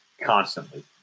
constantly